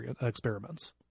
experiments